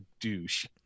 douche